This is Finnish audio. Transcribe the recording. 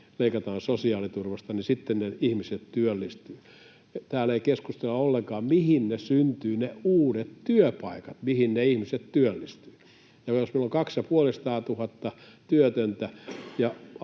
leikataan sosiaaliturvasta, niin sitten ne ihmiset työllistyvät. Täällä ei keskustella ollenkaan siitä, mihin ne syntyvät ne uudet työpaikat, mihin ne ihmiset työllistyvät. Jos meillä on 250 000 työtöntä